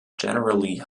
generally